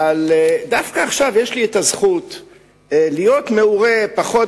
אבל דווקא עכשיו יש לי הזכות להיות מעורה פחות